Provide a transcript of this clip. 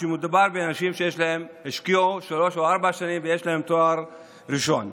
כשמדובר באנשים שהשקיעו שלוש או ארבע שנים ויש להם תואר ראשון.